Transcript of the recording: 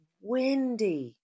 windy